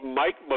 Mike